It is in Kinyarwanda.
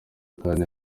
kandi